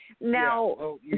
Now